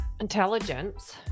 intelligence